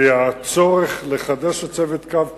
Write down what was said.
כי הצורך לחדש את צוות "קו כחול"